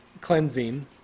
cleansing